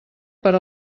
per